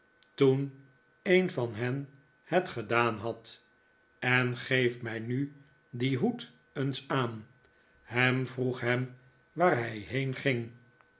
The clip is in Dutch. toen een van hen het gedaan had en geef mij nu dien hoed eens aan ham vroeg hem waar hij heenging